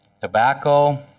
tobacco